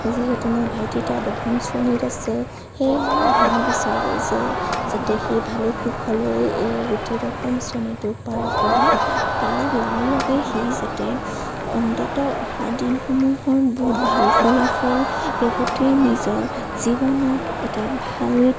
যিহেতু মোৰ ভাইটি এতিয়া দশম শ্ৰেণীত আছে সেয়েহে আমি বিচাৰোঁ যে যাতে সি ভালে কুশলে এই গোটেই দশম শ্ৰেণীটো পাৰ কৰে তাৰ লগে লগে সি যাতে অন্তত অহা দিনসমূহত বহুত ভাল ফলাফল লগতে নিজৰ জীৱনত এটা ভাল